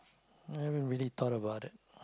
i didn't really thought about it